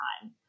time